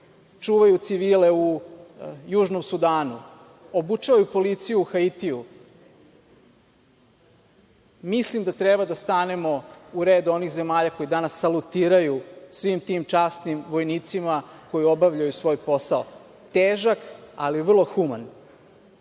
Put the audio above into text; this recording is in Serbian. čuvaju civile u Južnom Sudanu, obučavaju policiju u Haitiju. Mislim da treba da stanemo u red onih zemalja koje danas salutiraju svim tim časnim vojnicima koji obavljaju svoj posao, težak ali vrlo human. Srbija